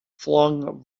flung